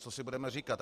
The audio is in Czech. Co si budeme říkat.